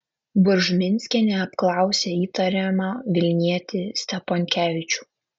buržminskienė apklausė įtariamą vilnietį steponkevičių